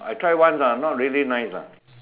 I try once lah not really nice lah